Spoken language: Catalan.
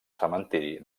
cementiri